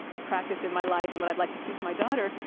practice in my life, and what i'd like to teach my daughter,